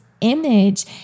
image